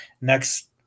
next